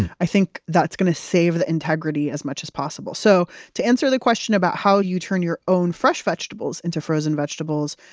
i think that's going to save the integrity as much as possible so to answer the question about how do you turn your own fresh vegetables into frozen vegetables,